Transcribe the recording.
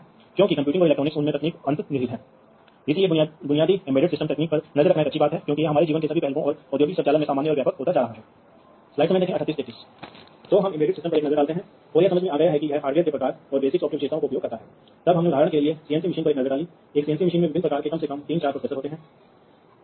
तो आप जानते हैं कि नियंत्रकों को वास्तव में नैदानिक जानकारी की बहुत आवश्यकता हो सकती है क्योंकि अन्यथा जब चीजें एक स्वचालित फैशन में चल रही होती हैं तो किसी को यह जानना होगा कि क्या आप सभी एक्ट्यूएटर्स को जानते हैं सेंसर वास्तव में आपको सही डेटा दे रहे हैं या यह है कि सेंसर है विफल रहा है और जो डेटा आपको मिल रहा है वह वास्तव में उचित नहीं है